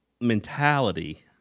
mentality